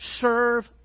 serve